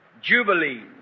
Jubilee